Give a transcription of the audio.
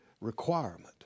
requirement